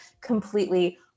completely